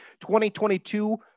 2022